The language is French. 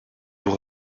vous